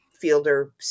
Fielder